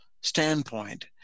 standpoint